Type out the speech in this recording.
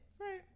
Right